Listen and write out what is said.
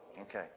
Okay